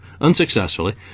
unsuccessfully